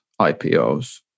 IPOs